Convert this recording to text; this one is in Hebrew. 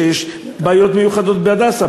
שיש בעיות מיוחדות ב"הדסה",